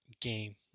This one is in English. game